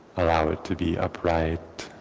allow it to be upright,